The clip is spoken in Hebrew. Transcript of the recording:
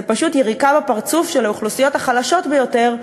פשוט יריקה בפרצוף של האוכלוסיות החלשות ביותר בישראל.